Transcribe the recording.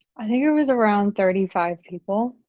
i think it was around thirty five people,